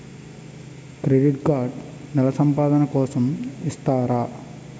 Credit card నెల సంపాదన కోసం ఇస్తారా?